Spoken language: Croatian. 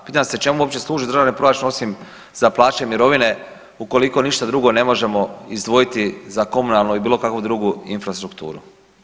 Pitam se čemu uopće služi državni proračun osim za plaće i mirovine ukoliko ništa drugo ne možemo izdvojiti za komunalnu i bilo kakvu drugu infrastrukturu.